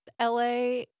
LA